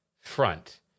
front